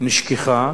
נשכחה